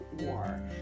war